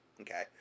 Okay